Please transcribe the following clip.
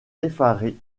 effaré